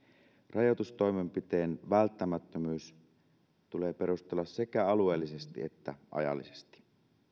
rajoitustoimenpiteen välttämättömyys tulee perustella sekä alueellisesti että ajallisesti